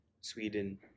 Sweden